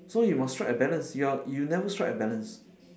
so you must strike a balance you're you never strike a balance